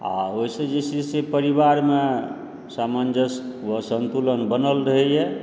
आ ओहिसॅं जे छै से परिवारमे सामंजस्य व संतुलन बनल रहै यऽ